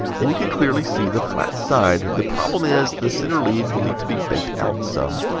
and you can clearly see the flat side. the problem is the center lead will need to be bent out some.